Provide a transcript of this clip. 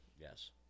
Yes